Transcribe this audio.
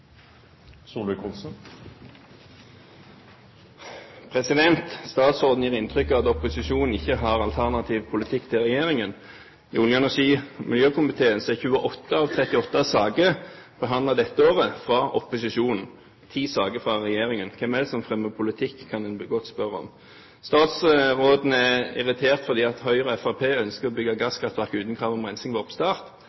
28 av 38 saker behandlet dette året fra opposisjonen og ti saker fra regjeringen. Hvem det er som fremmer politikk, kan en godt spørre om. Statsråden er irritert fordi Høyre og Fremskrittspartiet ønsker å bygge